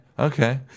Okay